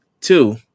Two